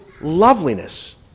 loveliness